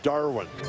Darwin